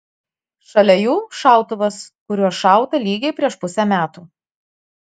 šalia jų šautuvas kuriuo šauta lygiai prieš pusę metų